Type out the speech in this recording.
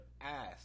ass